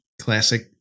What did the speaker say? classic